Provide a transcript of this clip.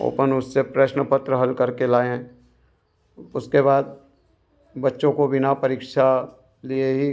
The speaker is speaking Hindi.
ओपन उससे प्रश्न पत्र हल करके लाएँ उसके बाद बच्चों को बिना परीक्षा लिए ही